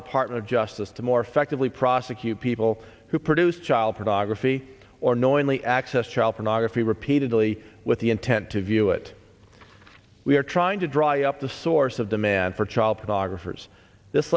department of justice to more effectively prosecute people who produce child pornography or knowingly accessed child pornography repeatedly with the intent to view it we are trying to dry up the source of demand for child pornographers this